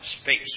space